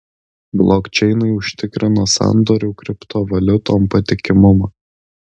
blokčeinai užtikrina sandorių kriptovaliutom patikimumą